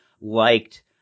liked